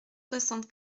soixante